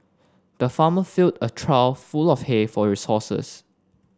the farmer filled a trough full of hay for your horses